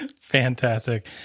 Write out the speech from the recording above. fantastic